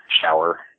shower